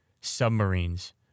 submarines